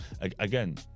again